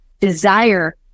desire